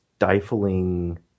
stifling